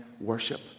worship